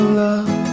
love